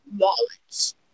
wallets